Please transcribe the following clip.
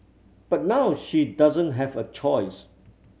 but now she doesn't have a choice